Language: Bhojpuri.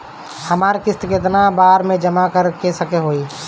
हमरा किस्त केतना बार में जमा करे के होई?